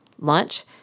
lunch